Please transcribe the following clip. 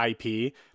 IP